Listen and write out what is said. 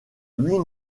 huit